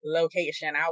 location